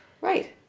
Right